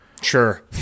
Sure